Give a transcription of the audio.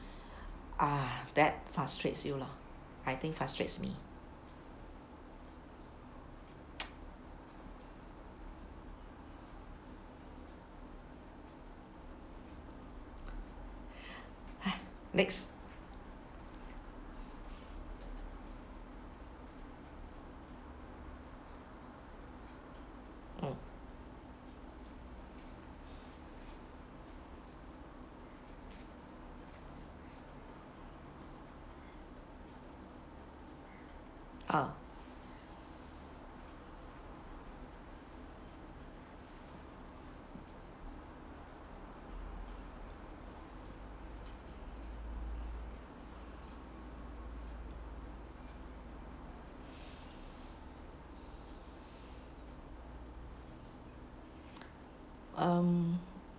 ah that frustrates you lah I think frustrate me !hais! next mm ah um